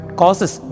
causes